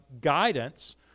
guidance